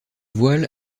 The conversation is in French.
voile